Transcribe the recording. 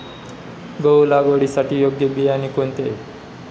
गहू लागवडीसाठी योग्य बियाणे कोणते?